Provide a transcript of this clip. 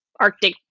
Arctic